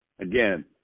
again